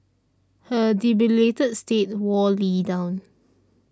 her debilitated state wore Lee down